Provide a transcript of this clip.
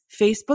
Facebook